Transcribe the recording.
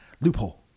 loophole